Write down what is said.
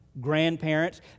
grandparents